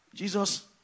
Jesus